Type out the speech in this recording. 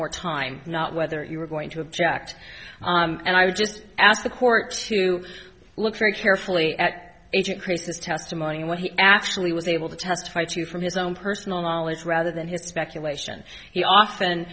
more time not whether you were going to object and i would just ask the court to look very carefully at age increases testimony and what he actually was able to testify to from his own personal knowledge rather than his speculation he often